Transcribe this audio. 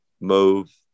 move